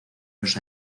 los